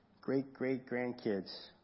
great-great-grandkids